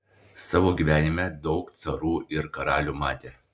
savo gyvenime daug carų ir karalių matė